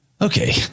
Okay